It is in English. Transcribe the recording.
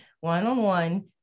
one-on-one